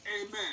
amen